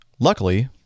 Luckily